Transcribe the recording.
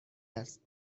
است